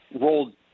rolled